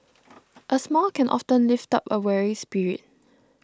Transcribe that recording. a smile can often lift up a weary spirit